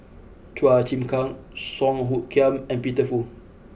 Chua Chim Kang Song Hoot Kiam and Peter Fu